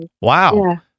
Wow